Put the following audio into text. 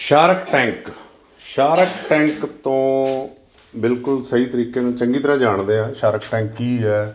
shark Tank Shark Tank ਤੋਂ ਬਿਲਕੁਲ ਸਹੀ ਤਰੀਕੇ ਨਾਲ ਚੰਗੀ ਤਰ੍ਹਾਂ ਜਾਣਦੇ ਹਾਂ ਸ਼ਾਰਕ ਟੈਂਕ ਕੀ ਹੈ